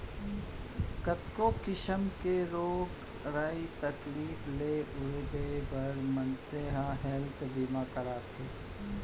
कतको किसिम के रोग राई तकलीफ ले उबरे बर मनसे ह हेल्थ बीमा करवाथे